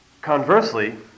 Conversely